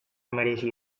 merezi